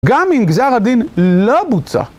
גם אם גזר הדין לא בוצע.